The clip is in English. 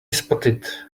spotted